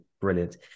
brilliant